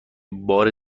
بار